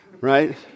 right